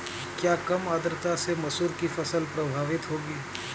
क्या कम आर्द्रता से मसूर की फसल प्रभावित होगी?